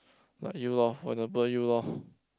like you lor want to burn you lor